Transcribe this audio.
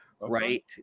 right